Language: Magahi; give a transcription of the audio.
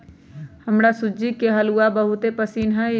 हमरा सूज्ज़ी के हलूआ बहुते पसिन्न हइ